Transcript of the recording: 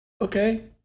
Okay